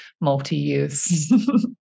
multi-use